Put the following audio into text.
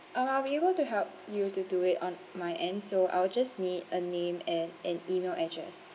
uh I'll be able to help you to do it on my end so I will just need a name and an E-mail address